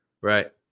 right